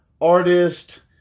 artist